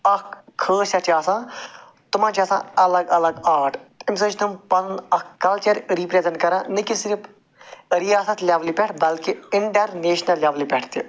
اکھ خٲصِیت چھِ آسان تِمن چھِ آسان الگ الگ آرٹ امہِ سۭتۍ چھِ تٕم پنُن اکھ کلچر رِپرٮ۪زنٛٹ کَران نَہ کہِ صِرف رِیاست لٮ۪ولہِ پٮ۪ٹھ بلکہِ اِنٹرنیٚشنل لٮ۪ولہِ پٮ۪ٹھ تہِ